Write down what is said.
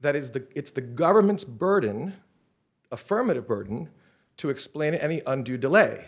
that is the it's the government's burden affirmative burden to explain any undue delay